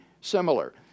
similar